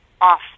off